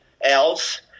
else